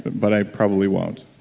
but i probably won't.